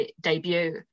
debut